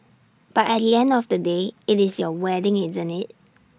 but at the end of the day IT is your wedding isn't IT